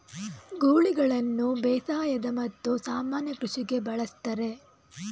ಗೂಳಿಗಳನ್ನು ಬೇಸಾಯದ ಮತ್ತು ಸಾಮಾನ್ಯ ಕೃಷಿಗೆ ಬಳಸ್ತರೆ